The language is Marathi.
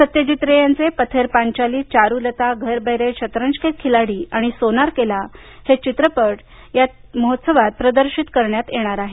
सत्यजित रे यांचे पाथेर पांचाली चारुलता घरबयरे शतरंज के खिलाडी आणि सोनार केला हे चित्रपट या महोत्सवात प्रदर्शित करण्यात येणार आहेत